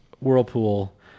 whirlpool